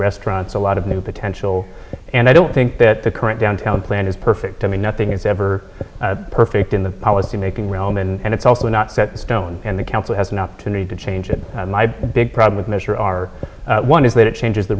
restaurants a lot of new potential and i don't think that the current downtown plan is perfect i mean nothing is ever perfect in the policymaking realm and it's also not set in stone and the council has an opportunity to change it my big problem with measure our one is that it changes the